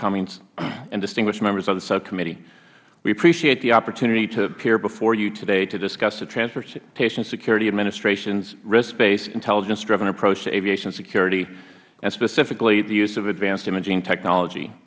cummings and distinguished members of the subcommittee we appreciate the opportunity to appear before you today to discuss the transportation security administration's risk based intelligence driven approach to aviation security and specifically the use of advanced imaging technology